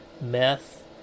meth